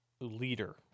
leader